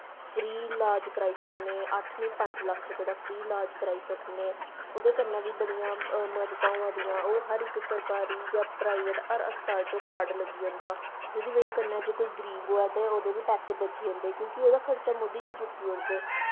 free ईलाज़ कराई सकने अट्ठ निं पंज लक्ख रपेऽ दा फ्री ईलाज़ कराई सकने ओह्दे कन्नै बी बड़ियां मददां होआ दियां ओह् हर इक सरकारी जां प्राईवेट हर अस्पताल च ओह् कार्ड लग्गी जंदा जेह्दे बजह् कन्नै जे कोई गरीब होऐ ते ओह्दे बी पैसे बची जंदे क्योंकि ओह्दा खर्चा मोदी जी चुक्की ओड़दे